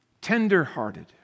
Tender-hearted